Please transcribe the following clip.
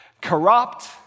Corrupt